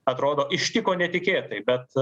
atrodo ištiko netikėtai bet